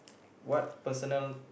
what personal